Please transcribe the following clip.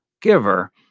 giver